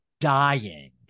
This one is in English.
dying